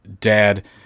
Dad